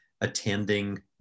attending